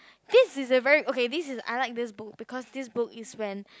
this is a very okay this is I like this book because this book is when